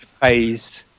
phased